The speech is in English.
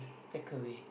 takeaway